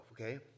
Okay